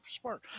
smart